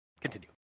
Continue